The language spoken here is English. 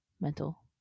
mental